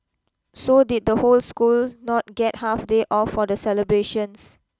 so did the whole school not get half day off for the celebrations